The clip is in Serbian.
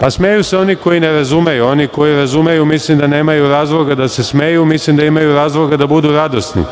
smešno…Smeju se oni koji ne razumeju, oni koji razumeju mislim da nemaju razloga da se smeju, mislim da imaju razloga da budu radosni.